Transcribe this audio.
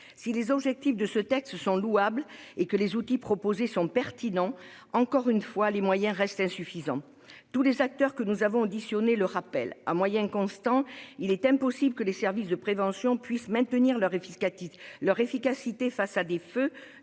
si les objectifs de ce texte sont louables et que les outils proposés sont pertinents, les moyens restent, encore une fois, insuffisants. Tous les acteurs que nous avons auditionnés l'ont dit : à moyens constants, il est impossible que les services de prévention puissent maintenir leur efficacité face à des feux